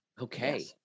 Okay